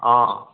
অঁ